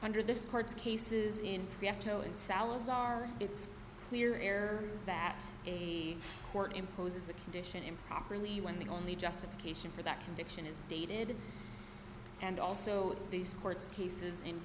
under this court's cases in and salazar it's clear air that a court imposes a condition improperly when the only justification for that conviction is dated and also these courts cases